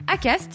Acast